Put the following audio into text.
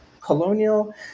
colonial